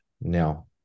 now